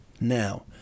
Now